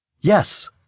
Yes